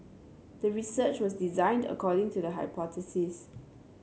the research was designed according to the hypothesis